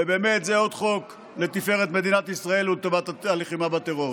ובאמת זה עוד חוק לתפארת מדינת ישראל ולטובת הלחימה בטרור.